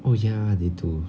oh ya they do